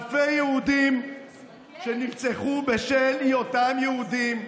אלפי יהודים שנרצחו בשל היותם יהודים,